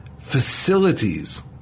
facilities